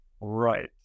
Right